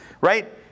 Right